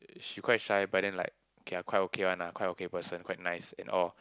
she quite shy but then like okay lah quite okay one lah quite okay person quite nice and all